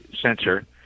sensor